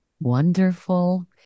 Wonderful